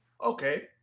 Okay